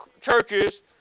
churches